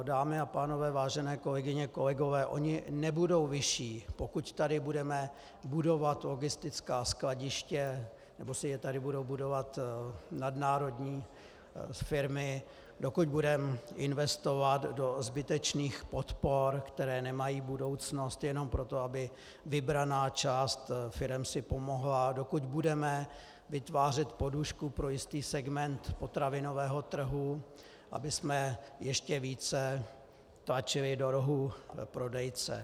Dámy a pánové, vážené kolegyně, kolegové, ony nebudou vyšší, pokud tady budeme budovat logistická skladiště nebo si je tady budou budovat nadnárodní firmy, dokud budeme investovat do zbytečných podpor, které nemají budoucnost, jenom proto, aby vybraná část firem si pomohla, dokud budeme vytvářet podušku pro jistý segment potravinového trhu, abychom ještě více tlačili do rohu prodejce.